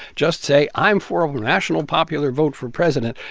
just say, i'm for a national popular vote for president.